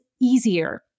easier